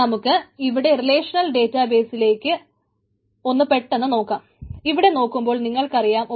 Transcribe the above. നമുക്ക് ഇവിടെ റിലേഷണൽ ഡേറ്റാബേസിലേക്കു